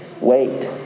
wait